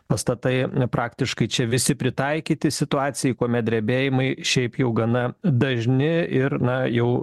pastatai praktiškai čia visi pritaikyti situacijai kuomet drebėjimai šiaip jau gana dažni ir na jau